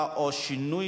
נתקבלה.